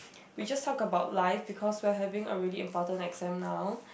we just talk about life because we are having a really important exam now